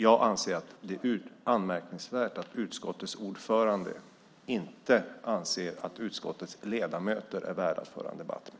Jag anser att det är anmärkningsvärt att utskottets ordförande inte anser att utskottets ledamöter är värda att föra en debatt med.